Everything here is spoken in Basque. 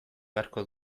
beharko